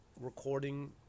Recording